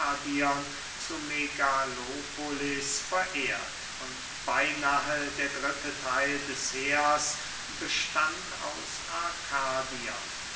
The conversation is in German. zu megalopolis verehrt und beynahe der dritte theil des heers bestand aus